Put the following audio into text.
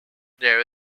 there